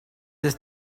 this